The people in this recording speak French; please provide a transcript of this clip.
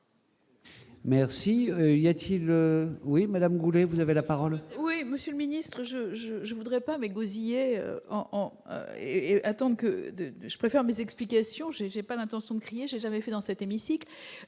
Merci, il y a-t-il, oui Madame Goulet, vous avez la parole. Oui, Monsieur le ministre, je je je voudrais pas mais gosier et attendent que de je préfère mes explications, j'ai pas l'intention de crier j'ai jamais vu dans cet hémicycle,